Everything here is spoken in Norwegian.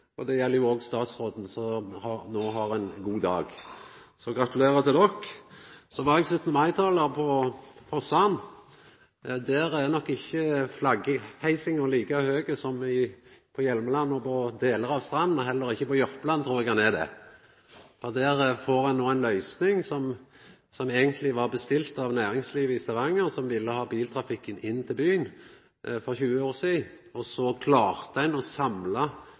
Det gjeld jo òg statsråden, som no har ein god dag. Gratulerer til dykk. Eg var 17. mai-talar på Forsand. Der er nok ikkje flagga heist like høgt som på Hjelmeland og på delar av Strand – og heller ikkje på Jørpeland. Der får ein no ei løysing som eigentleg var bestilt av næringslivet i Stavanger, som ville ha biltrafikken inn til byen for 20 år sidan. Ein klarte å samla veldig mange parti bak det, og så